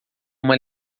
uma